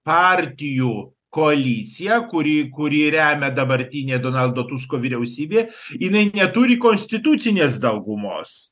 partijų koalicija kuri kurį remia dabartinė donaldo tusko vyriausybė jinai neturi konstitucinės daugumos